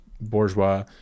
bourgeois